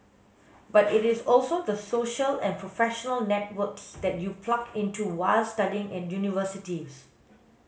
but it is also the social and professional networks that you plug into while studying at universities